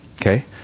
okay